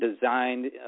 designed